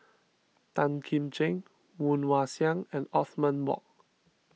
Tan Kim Ching Woon Wah Siang and Othman Wok